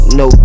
no